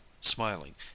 smiling